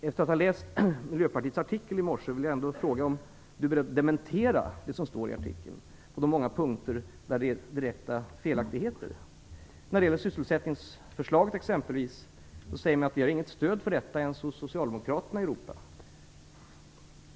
Efter att ha läst Miljöpartiets artikel i morse vill jag fråga om Marianne Samuelsson är beredd att dementera det som står i artikeln, på de många punkter som innehåller direkta felaktigheter. När det gäller sysselsättningsförslaget exempelvis säger Miljöpartiet att vi i regeringen inte har stöd för detta ens hos socialdemokraterna i Europa.